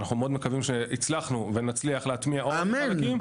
אנחנו מאוד מקווים שהצלחנו ושנצליח להטמיע עוד חלקים.